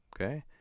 Okay